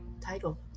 title